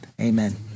Amen